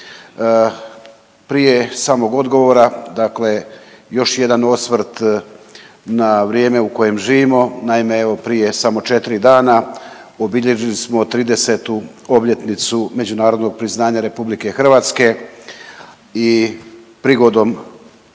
Prije samog odgovora dakle još jedan osvrt na vrijeme u kojem živimo. Naime, evo prije samo 4 dana obilježili smo 30-tu obljetnicu međunarodnog priznanja RH i prigodom